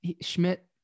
Schmidt